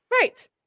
Right